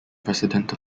president